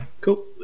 Cool